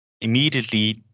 immediately